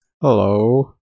hello